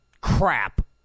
crap